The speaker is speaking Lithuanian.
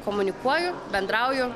komunikuoju bendrauju